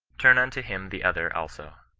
turn unto him the other also.